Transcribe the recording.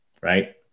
right